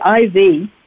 IV